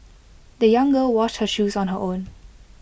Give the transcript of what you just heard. the young girl washed her shoes on her own